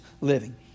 living